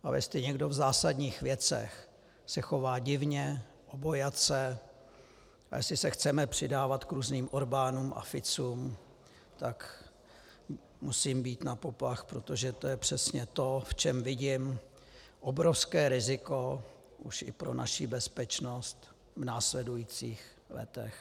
Ale jestli někdo v zásadních věcech se chová divně, obojace a jestli se chceme přidávat k různým Orbánům a Ficům, tak musím bít na poplach, protože to je přesně to, v čem vidím obrovské riziko už i pro naši bezpečnost v následujících letech.